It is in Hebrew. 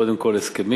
קודם כול הסכמים,